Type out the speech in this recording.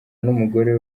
n’umugore